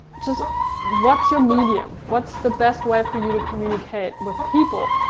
just what's your medium? what's the best way for you to communicate with people?